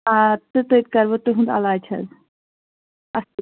آ تِتھُے کرٕ بہٕ تُہنٛد علٲج حظ